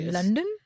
London